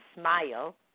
smile